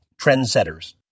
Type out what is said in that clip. trendsetters